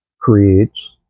creates